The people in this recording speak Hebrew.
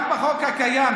גם בחוק הקיים,